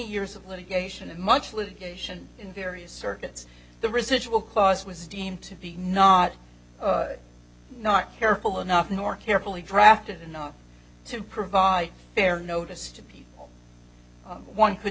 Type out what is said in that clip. years of litigation and much litigation in various circuits the residual clause was deemed to be not not careful enough nor carefully drafted enough to provide fair notice to people one could